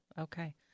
Okay